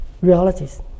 realities